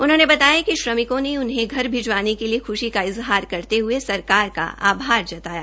उन्होंने बताया कि श्रमिकों ने उन्हें घर भिजवाने के लिए खुशी का इज़हार करते हये सरकार का आभार जताया